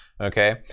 Okay